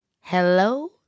Hello